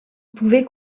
pouvaient